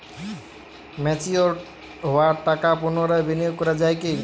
Mature হওয়া টাকা পুনরায় বিনিয়োগ করা য়ায় কি?